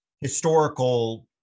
historical